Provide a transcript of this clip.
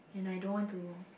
and I don't want to